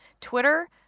Twitter